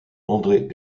andré